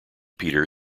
peter